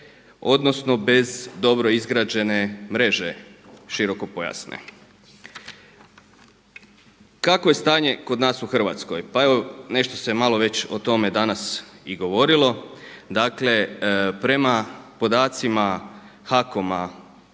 odnosno bez dobro izgrađene mreže širokopojasne. Kakvo je stanje kod nas u Hrvatskoj? Pa evo nešto se malo već o tome danas i govorilo. Dakle, prema podacima HAKOM-a